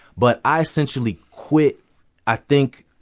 but i essentially quit i think